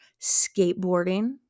skateboarding